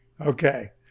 Okay